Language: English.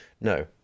no